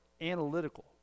analytical